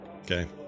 Okay